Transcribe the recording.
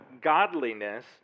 godliness